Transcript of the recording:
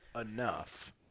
enough